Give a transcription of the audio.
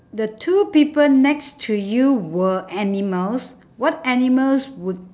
the two people next to you were animals what animals would